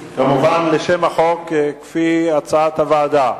על שם החוק, כהצעת הוועדה.